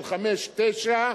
של 5.9%,